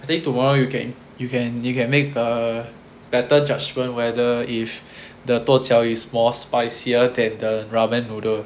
I think tomorrow you can you can you can make a better judgment whether if the 剁椒 is more spicier than the ramen noodle